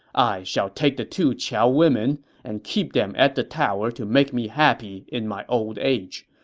i shall take the two qiao women and keep them at the tower to make me happy in my old age.